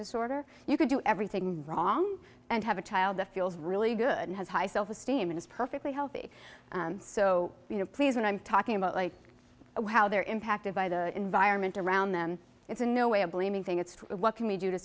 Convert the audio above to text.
disorder you could do everything wrong and have a child that feels really good and has high self esteem and is perfectly healthy so please when i'm talking about like how they're impacted by the environment around them it's in no way a blaming thing it's what can we do to